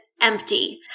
empty